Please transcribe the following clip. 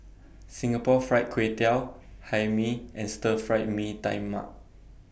Singapore Fried Kway Tiao Hae Mee and Stir Fried Mee Tai Mak